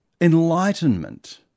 enlightenment